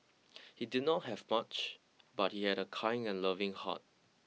he did not have much but he had a kind and loving heart